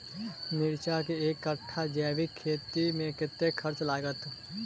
मिर्चा केँ एक कट्ठा जैविक खेती मे कतेक खर्च लागत?